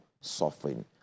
suffering